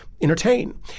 entertain